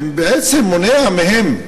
ובעצם מונע מהם,